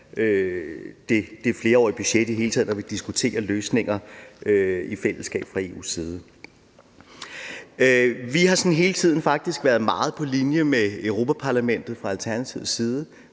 det flerårige budget, og i det hele taget når vi diskuterer løsninger i fællesskab fra EU's side. Vi har fra Alternativets side sådan hele tiden faktisk været meget på linje med Europa-Parlamentet. Vi synes, vi